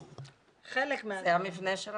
זה המבנה של הוות"ל.